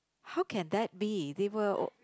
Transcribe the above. how can that be they were all